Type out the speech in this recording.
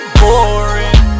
boring